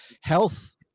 health